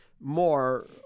more